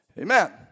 amen